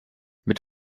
mit